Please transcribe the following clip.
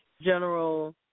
General